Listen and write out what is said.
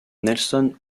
nelson